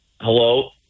hello